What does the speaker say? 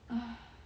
ai~